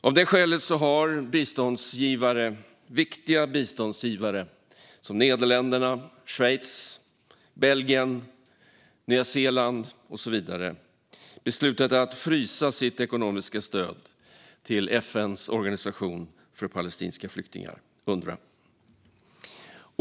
Av det skälet har viktiga biståndsgivare som Nederländerna, Schweiz, Belgien och Nya Zeeland beslutat att frysa sitt ekonomiska stöd till FN:s organisation för palestinska flyktingar, Unrwa.